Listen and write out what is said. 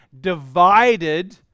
divided